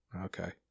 Okay